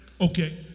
Okay